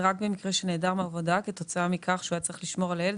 זה רק במקרה שנעדר מעבודה כתוצאה מכך שהיה צריך לשמור על הילד,